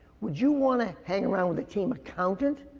would you wanna hang around with a team accountant,